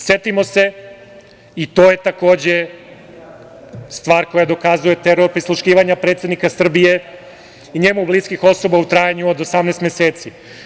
Setimo se i to je takođe stvar koja dokazuje teror, prisluškivanje predsednika Srbije i njemu bliskih osoba u trajanju od 18 meseci.